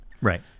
right